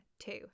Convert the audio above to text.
two